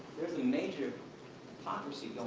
there's a major hypocrisy